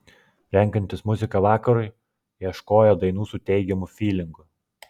renkantis muziką vakarui ieškojo dainų su teigiamu fylingu